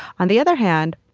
on the other hand,